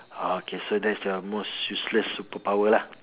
ah okay so that is your most useless superpower lah